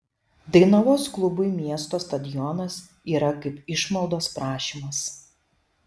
dainavos klubui miesto stadionas yra kaip išmaldos prašymas